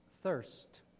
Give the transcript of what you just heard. thirst